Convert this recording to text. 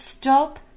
stop